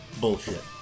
bullshit